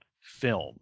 film